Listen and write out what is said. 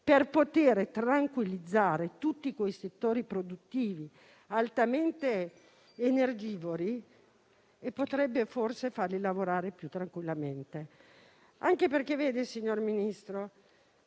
per tranquillizzare tutti quei settori produttivi altamente energivori e forse farli lavorare più tranquillamente. Signor Ministro,